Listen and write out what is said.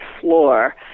floor